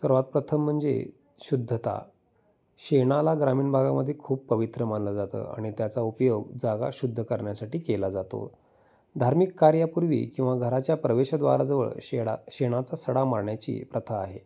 सर्वात प्रथम म्हणजे शुद्धता शेणाला ग्रामीण भागामध्ये खूप पवित्र मानलं जातं आणि त्याचा उपयोग जागा शुद्ध करण्यासाठी केला जातो धार्मिक कार्यापूर्वी किंवा घराच्या प्रवेशद्वाराजवळ शेळा शेणाचा सडा मारण्याची प्रथा आहे